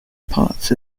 parts